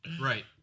Right